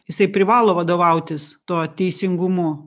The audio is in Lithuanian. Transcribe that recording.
jisai privalo vadovautis tuo teisingumu